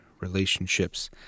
relationships